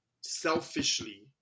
selfishly